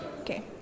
Okay